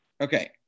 Okay